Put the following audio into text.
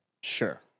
Sure